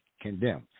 condemn